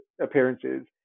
appearances